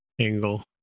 angle